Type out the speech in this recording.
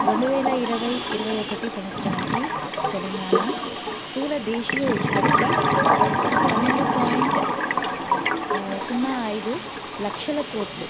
రెండు వేల ఇరవై ఇరవై ఒకటి సంవత్సరానికి తెలంగాణ స్థూల దేశీయ ఉత్పత్తి పన్నెండు పాయింట్ సున్నా ఐదు లక్షల కోట్లు